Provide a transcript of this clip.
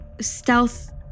stealth